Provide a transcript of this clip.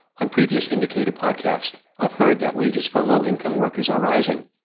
on previous indicator podcasts, i've heard that wages for low-income workers are rising.